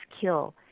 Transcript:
Kill